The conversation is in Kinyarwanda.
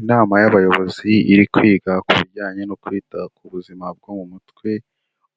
Inama y'abayobozi iri kwiga ku bijyanye no kwita ku buzima bwo mu mutwe,